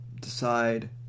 decide